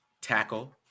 tackle